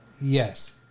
Yes